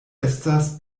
estas